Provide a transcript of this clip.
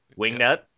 Wingnut